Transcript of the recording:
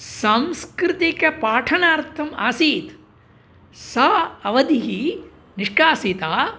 सांस्कृतिकपाठनार्थम् आसीत् सा अवधिः निष्कासिता